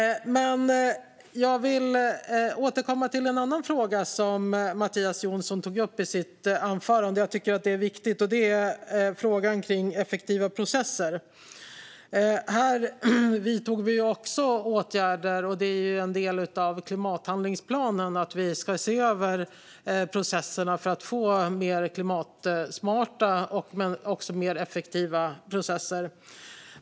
Jag vill återkomma till en annan fråga som Mattias Jonsson tog upp i sitt anförande och som jag tycker är viktig. Det gäller frågan om effektiva processer. Här vidtog vi också åtgärder. Och det är en del av klimathandlingsplanen att vi ska se över processerna för att få mer klimatsmarta och mer effektiva processer.